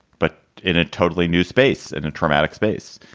but in a totally new space, in a traumatic space.